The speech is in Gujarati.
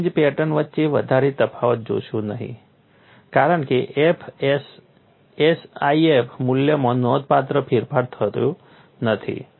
તમે ફ્રિન્જ પેટર્ન વચ્ચે વધારે તફાવત જોશો નહીં કારણ કે SIF મૂલ્યમાં નોંધપાત્ર ફેરફાર થયો નથી